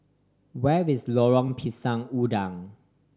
where is Lorong Pisang Udang